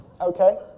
Okay